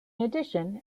addition